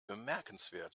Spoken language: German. bemerkenswert